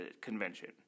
convention